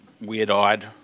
weird-eyed